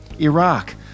Iraq